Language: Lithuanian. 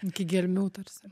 iki gelmių tarsi